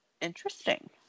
interesting